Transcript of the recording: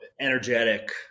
energetic